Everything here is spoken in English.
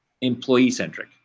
employee-centric